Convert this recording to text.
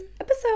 episode